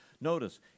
notice